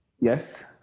Yes